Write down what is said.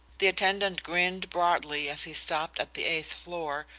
the attendant grinned broadly as he stopped at the eighth floor,